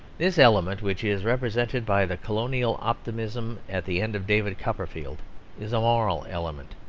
this element which is represented by the colonial optimism at the end of david copperfield is a moral element.